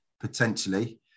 potentially